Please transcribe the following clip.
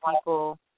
people